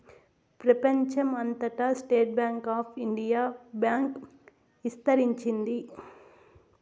ప్రెపంచం అంతటా state bank of India bank ఇస్తరించింది